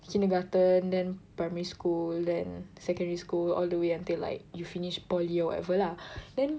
kindergarten then primary school then secondary school all the way until like you finished poly or whatever lah then